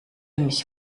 mich